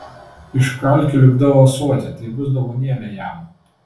iš kalkių lipdau ąsotį tai bus dovanėlė jam